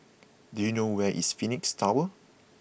do you know where is Phoenix Tower